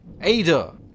Ada